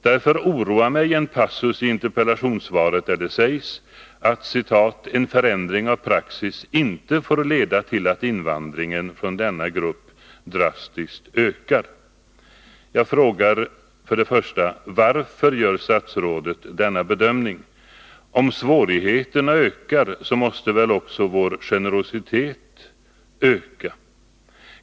Därför oroar mig en passus i interpellationssvaret, där det sägs att ”en förändring av praxis inte får leda till att invandringen från denna grupp drastiskt ökar”. 1. Varför gör statsrådet denna bedömning? Om svårigheterna ökar, måste väl också vår generositet öka?